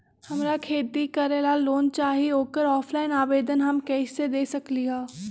हमरा खेती करेला लोन चाहि ओकर ऑफलाइन आवेदन हम कईसे दे सकलि ह?